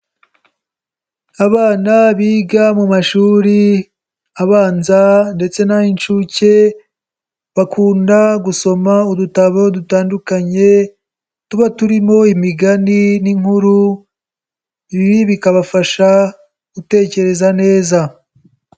Abana biga mu mashuri abanza ndetse n'ay'inshuke bakunda gusoma udutabo dutandukanye tuba turimo imigani n'inkuru ibi bikabafasha gutekereza neza.